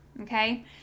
okay